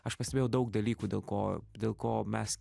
aš pastebėjau daug dalykų dėl ko dėl ko mes